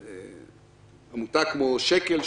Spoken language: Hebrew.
עמותה כמו שק"ל,